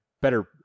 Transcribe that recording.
better